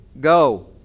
Go